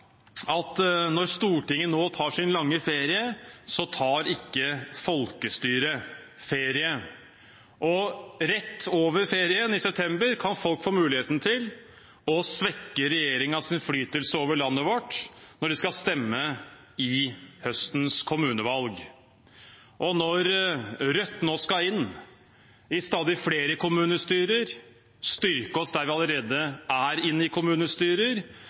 at når Stortinget nå tar sin lange ferie, tar ikke folkestyret ferie. Rett over ferien, i september, kan folk få muligheten til å svekke regjeringens innflytelse over landet vårt når de skal stemme ved høstens kommunevalg. Når Rødt nå skal inn i stadig flere kommunestyrer og skal styrke oss der vi allerede er inne i kommunestyrer,